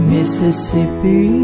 Mississippi